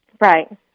Right